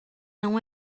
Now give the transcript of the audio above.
não